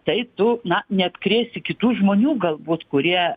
tai tu na neapkrėsi kitų žmonių galbūt kurie